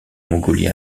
mongolie